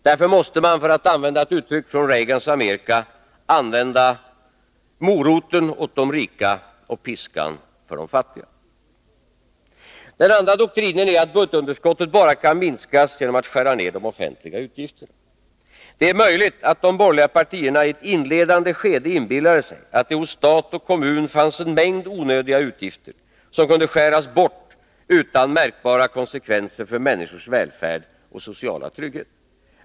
Därför måste man, för att använda ett uttryck från Reagans Amerika, använda moroten åt de rika och piskan för de fattiga. Den andra doktrinen är att budgetunderskottet bara kan minskas genom en nedskärning av de offentliga utgifterna. Det är möjligt att de borgerliga partiernai ett inledande skede inbillade sig att det hos stat och kommun finns en mängd onödiga utgifter, som kunde skäras bort utan märkbara konsekvenser för människors välfärd och sociala trygghet.